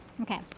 Okay